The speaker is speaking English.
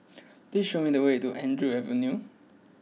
please show me the way to Andrew Avenue